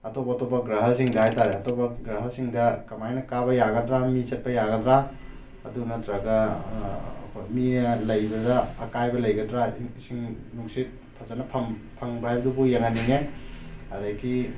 ꯑꯇꯣꯞ ꯑꯇꯣꯞꯄ ꯒ꯭ꯔꯍꯁꯤꯡꯗ ꯍꯥꯏꯇꯥꯔꯦ ꯑꯇꯣꯞꯄ ꯒ꯭ꯔꯍꯁꯤꯡꯗ ꯀꯃꯥꯏꯅ ꯀꯥꯕ ꯌꯥꯒꯗ꯭ꯔꯥ ꯃꯤ ꯆꯠꯄ ꯌꯥꯒꯗ꯭ꯔꯥ ꯑꯗꯨ ꯅꯠꯇ꯭ꯔꯒ ꯑꯩꯈꯣꯏ ꯃꯤ ꯂꯩꯕꯗ ꯑꯀꯥꯏꯕ ꯂꯩꯒꯗ꯭ꯔꯥ ꯏꯁꯤꯡ ꯅꯨꯡꯁꯤꯠ ꯐꯖꯅ ꯐꯪꯕ꯭ꯔꯥ ꯍꯥꯏꯕꯗꯨꯕꯨ ꯌꯦꯡꯍꯟꯅꯤꯡꯉꯦ ꯑꯗꯒꯤ